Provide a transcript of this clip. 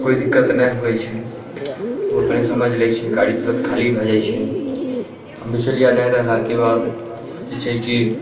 कोइ दिक्कत नहि होइ छै ओ अपने समझि लै छै गाड़ी तुरन्त खाली भऽ जाइ छै बिचौलिया नहि रहलाके बाद जे छै कि